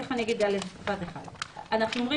תכף אני אגיד על איזה תקופה זה חל אנחנו אומרים